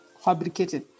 fabricated